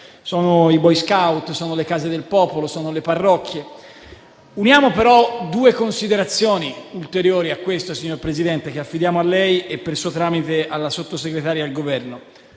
sono i *boy scout*, sono le case del popolo, sono le parrocchie. Uniamo però due considerazioni ulteriori a questo, signor Presidente, che affidiamo a lei e, per suo tramite, alla Sottosegretaria e al Governo: